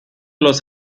los